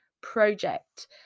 Project